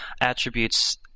attributes